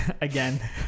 again